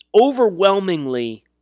overwhelmingly